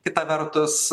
kita vertus